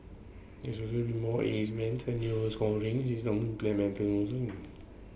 there will be more age bands A new scoring system implemented although